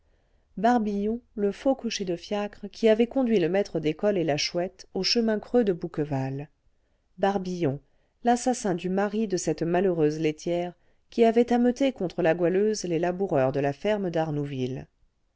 barbillon le faux cocher de fiacre qui avait conduit le maître d'école et la chouette au chemin creux de bouqueval barbillon l'assassin du mari de cette malheureuse laitière qui avait ameuté contre la goualeuse les laboureurs de la ferme d'arnouville